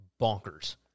bonkers